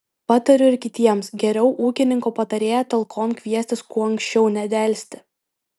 patariu ir kitiems geriau ūkininko patarėją talkon kviestis kuo anksčiau nedelsti